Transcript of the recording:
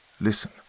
listen